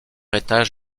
étage